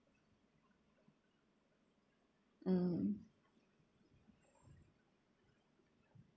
mm